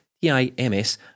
T-I-M-S